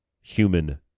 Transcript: human